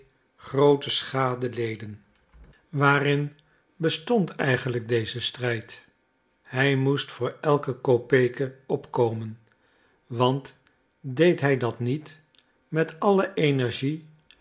groote schade leden waarin bestond eigenlijk deze strijd hij moest voor elke kopeke opkomen want deed hij dat niet met alle energie